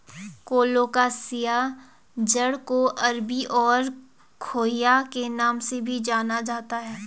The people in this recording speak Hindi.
कोलोकासिआ जड़ को अरबी और घुइआ के नाम से भी जाना जाता है